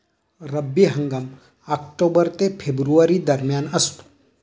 रब्बी हंगाम ऑक्टोबर ते फेब्रुवारी दरम्यान असतो